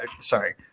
Sorry